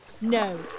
No